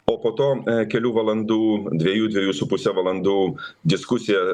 o po to kelių valandų dviejų dviejų su puse valandų diskusija